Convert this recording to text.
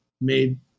made